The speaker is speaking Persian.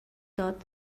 داد